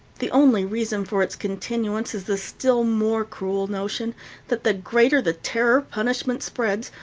the only reason for its continuance is the still more cruel notion that the greater the terror punishment spreads,